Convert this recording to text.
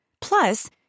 Plus